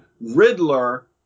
Riddler